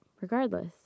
regardless